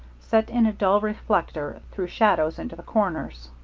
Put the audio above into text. set in a dull reflector, threw shadows into the corners.